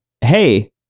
hey